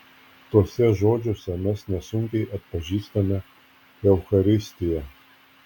tuose žodžiuose mes nesunkiai atpažįstame eucharistiją